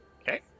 Okay